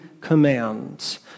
commands